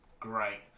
Great